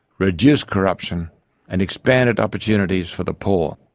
reduced corruption and expanded opportunities for the poor.